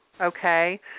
okay